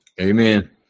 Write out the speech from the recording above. Amen